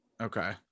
Okay